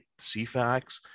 CFAX